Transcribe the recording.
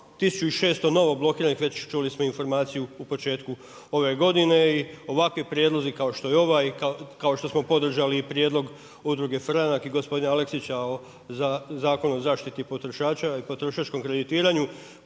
1600 novo blokiranih već čuli smo informaciju u početku ove godine. I ovakvi prijedlozi kao što je ovaj i kao što smo podržali prijedlog Udruge Franak i gospodina Aleksića za Zakon o zaštiti potrošača i potrošačkom kreditiranju